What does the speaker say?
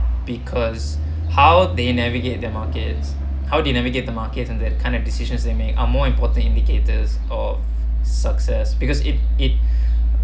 because how they navigate their markets how they navigate the market and that kind of decisions they make are more important indicators of success because it it